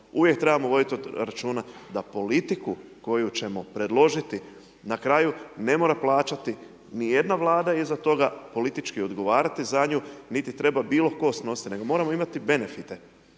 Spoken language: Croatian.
Uvijek trebamo voditi računa da politiku koju ćemo predložiti na kraju ne mora plaćati niti jedna Vlada iza toga, politički odgovarati za nju niti treba bilo tko snositi nego moramo imati benefite